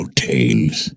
tales